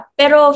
pero